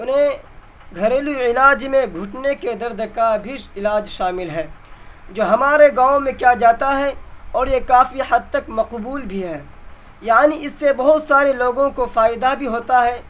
انہیں گھریلو علاج میں گھٹنے کے درد کا بھی علاج شامل ہے جو ہمارے گاؤں میں کیا جاتا ہے اور یہ کافی حد تک مقبول بھی ہے یعنی اس سے بہت سارے لوگوں کو فائدہ بھی ہوتا ہے